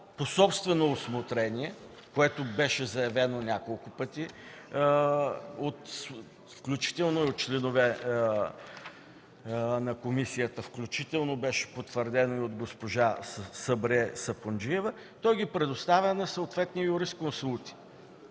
по собствено усмотрение, което беше заявено няколко пъти, включително и от членове на комисията, беше потвърдено и от госпожа Сабрие Сапунджиева – предоставя ги на съответни юрисконсулти.